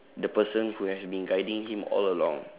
the person who has been guiding him all along